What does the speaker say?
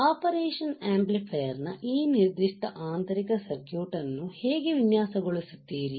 operational amplifier ನ ಈ ನಿರ್ದಿಷ್ಟ ಆಂತರಿಕ ಸರ್ಕ್ಯೂಟ್ ಅನ್ನು ಹೇಗೆ ವಿನ್ಯಾಸಗೊಳಿಸುತ್ತೀರಿ